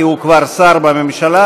כי הוא כבר שר בממשלה,